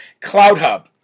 CloudHub